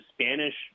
Spanish